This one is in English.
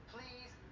Please